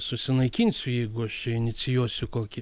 susinaikinsiu jeigu aš čia inicijuosiu kokį